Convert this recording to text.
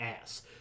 ass